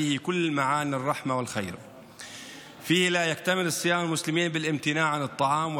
שפועלים לעיוותו וקושרים אותו שלא בצדק לאלימות ולדם.